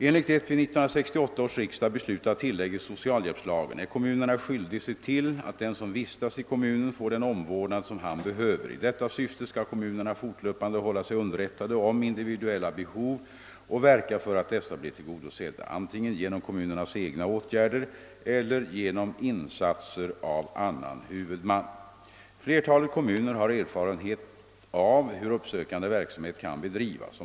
Enligt ett vid 1968 års riksdag beslutat tillägg i socialhjälpslagen är kommunerna skyldiga se till att den som vistas i kommunen får den omvårdnad som han behöver. I detta syfte skall kommunerna fortlöpande hålla sig underrättade om individuella behov och verka för att dessa blir tillgodosedda, antingen genom kommunens egna åtgärder eller genom insatser av annan huvudman. Flertalet kommuner har erfarenhet av hur uppsökande verksamhet kan bedri vas.